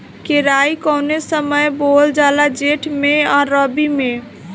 केराई कौने समय बोअल जाला जेठ मैं आ रबी में?